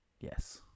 Yes